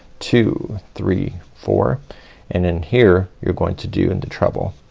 two, three, four and in here you're going to do and the treble.